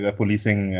policing